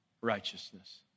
righteousness